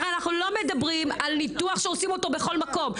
הרי לא מדברים על ניתוח שעושים בכל מקום,